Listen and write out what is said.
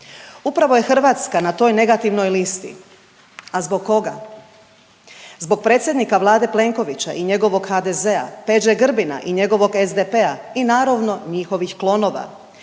Upravo je Hrvatska na toj negativnoj listi. A zbog koga? Zbog predsjednika Vlade Plenkovića i njegovog HDZ-a, Peđe Grbina i njegovog SDP-a i naravno njihovih klonova,